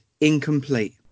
incomplete